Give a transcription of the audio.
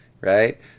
right